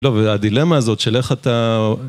לא, והדילמה הזאת של איך אתה...